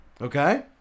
Okay